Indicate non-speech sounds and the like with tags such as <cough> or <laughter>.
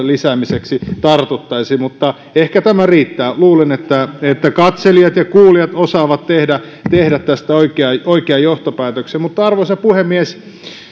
<unintelligible> lisäämiseksi tartuttaisiin mutta ehkä tämä riittää luulen että katselijat ja kuulijat osaavat tehdä tehdä tästä oikean johtopäätöksen arvoisa puhemies